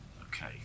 Okay